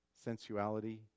sensuality